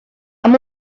amb